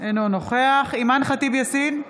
אינו נוכח אימאן ח'טיב יאסין,